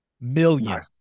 million